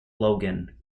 logan